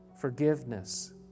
forgiveness